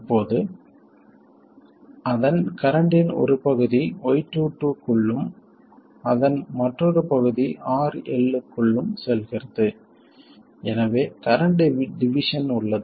இப்போது அதன் கரண்ட்டின் ஒரு பகுதி y22 க்குள்ளும் அதன் மற்றொரு பகுதி RL க்குள்ளும் செல்கிறது எனவே கரண்ட் டிவிஷன் உள்ளது